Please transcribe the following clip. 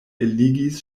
eligis